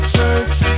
Church